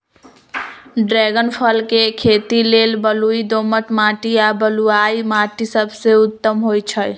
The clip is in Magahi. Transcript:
ड्रैगन फल के खेती लेल बलुई दोमट माटी आ बलुआइ माटि सबसे उत्तम होइ छइ